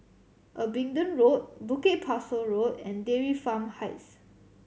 Abingdon Road Bukit Pasoh Road and Dairy Farm Heights